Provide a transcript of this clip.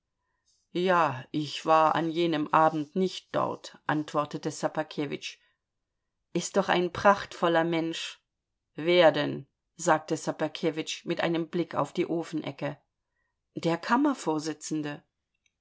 ja ich war an jenem abend nicht dort antwortete ssobakewitsch ist doch ein prachtvoller mensch wer denn sagte ssobakewitsch mit einem blick auf die ofenecke der